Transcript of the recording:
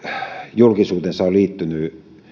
julkisuutensa on liittynyt